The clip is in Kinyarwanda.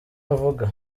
avuga